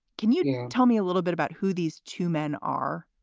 can you tell me a little bit about who these two men are?